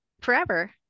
forever